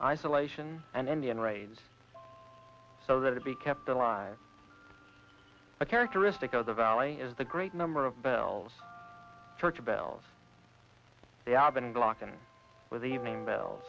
isolation and indian raids so that it be kept alive a characteristic of the valley is the great number of bells church bells they are been blocking with the evening bells